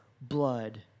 blood